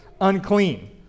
unclean